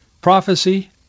Prophecy